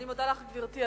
אני מודה לך, גברתי.